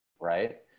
right